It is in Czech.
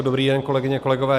Dobrý den, kolegyně, kolegové.